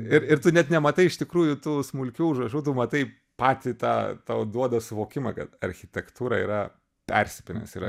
ir ir tu net nematai iš tikrųjų tų smulkių užrašų tu matai patį tą tau duoda suvokimą kad architektūra yra persipynęs yra